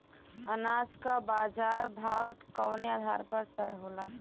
अनाज क बाजार भाव कवने आधार पर तय होला?